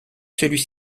celui